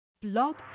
Blog